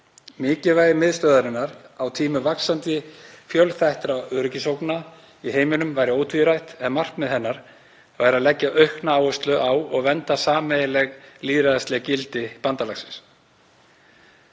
Mikilvægi miðstöðvarinnar á tímum vaxandi fjölþættra öryggisógna í heiminum væri ótvírætt en markmið hennar væri að leggja aukna áherslu á og vernda sameiginleg lýðræðisleg gildi bandalagsins.